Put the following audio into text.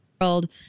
world